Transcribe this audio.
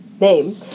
name